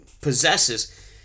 possesses